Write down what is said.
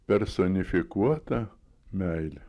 personifikuota meilė